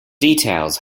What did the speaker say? details